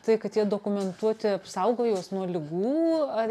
tai kad jie dokumentuoti apsaugo juos nuo ligų ar